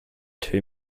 two